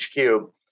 HQ